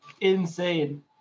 insane